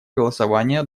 голосования